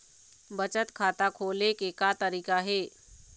बचत खाता खोले के का तरीका हे?